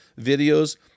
videos